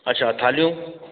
अच्छा थालियूं